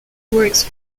works